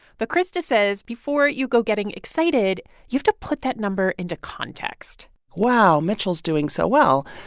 but christa says before you go getting excited, you have to put that number into context wow. mitchell's doing so well.